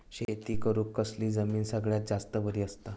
शेती करुक कसली जमीन सगळ्यात जास्त बरी असता?